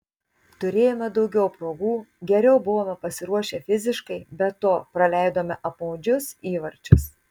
turėjome daugiau progų geriau buvome pasiruošę fiziškai be to praleidome apmaudžius įvarčius